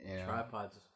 Tripods